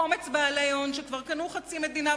קומץ בעלי הון שכבר קנו חצי מדינה,